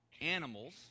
animals